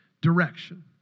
direction